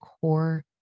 core